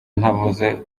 ntavuze